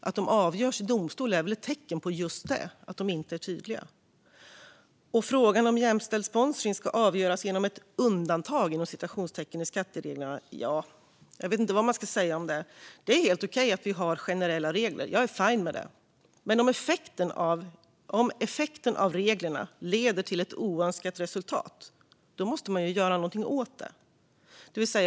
Att de avgörs i domstol är väl ett tecken just på att de inte är tydliga. Och jag vet inte vad man ska säga om att frågan om jämställd sponsring inte ska avgöras genom ett "undantag i skattereglerna". Det är helt okej att vi har generella regler - jag är fine med det - men om effekten av reglerna är ett oönskat resultat måste man ju göra någonting åt det.